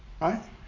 Right